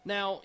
Now